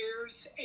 years